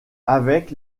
avec